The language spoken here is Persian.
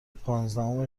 پانزدهم